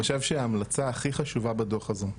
אני חושב שההמלצה הכי חשובה בדוח הזה,